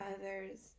others